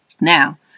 Now